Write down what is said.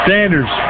Sanders